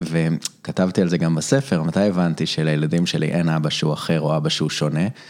וכתבתי על זה גם בספר, מתי הבנתי שלילדים שלי אין אבא שהוא אחר או אבא שהוא שונה.